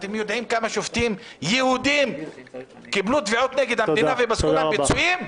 אתם יודעים כמה שופטים יהודים קיבלו תביעות נגד המדינה ופסקו פיצויים?